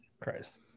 Christ